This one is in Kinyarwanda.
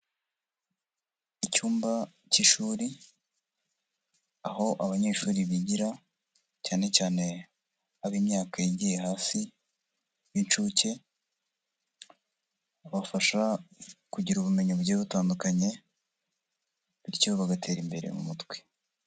Icyumba cy'ishuri, aho abanyeshuri bigira, cyane cyane ab'imyaka yigiye hasi b'incuke, abafasha kugira ubumenyi bugiye butandukanye bityo bagatera imbere mu mutwe.